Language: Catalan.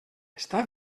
està